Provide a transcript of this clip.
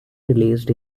released